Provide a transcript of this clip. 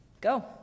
Go